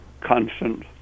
constant